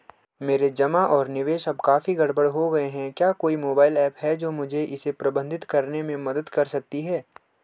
मेरे जमा और निवेश अब काफी गड़बड़ हो गए हैं क्या कोई मोबाइल ऐप है जो मुझे इसे प्रबंधित करने में मदद कर सकती है?